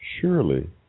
surely